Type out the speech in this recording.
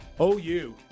OU